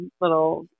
little